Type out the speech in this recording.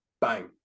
bang